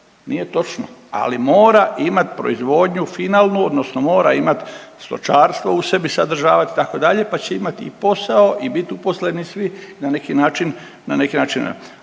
nije točno. Ali mora imati proizvodnju finalnu, odnosno mora imati stočarstvo u sebi sadržavati itd. pa će imati i posao i biti uposleni svi na neki način.